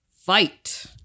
Fight